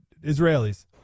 Israelis